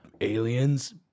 aliens